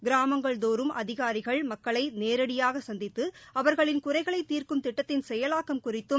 கிராமங்கள் தோறும் அதிகாரிகள் மக்களை நேரடியாக சந்தித்து அவர்களின் குறைகளை தீர்க்கும் திட்டத்தின் செயலாக்கம் குறித்தும்